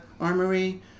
Armory